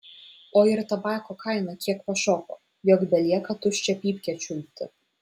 o ir tabako kaina tiek pašoko jog belieka tuščią pypkę čiulpti